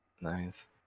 Nice